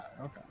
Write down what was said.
okay